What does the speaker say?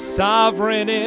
sovereign